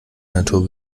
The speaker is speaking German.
natur